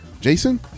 Jason